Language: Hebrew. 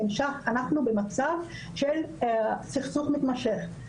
נמשך אנחנו במצב של סכסוך מתמשך.